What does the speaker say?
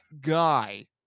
guy